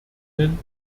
denn